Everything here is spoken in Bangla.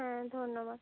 হ্যাঁ ধন্যবাদ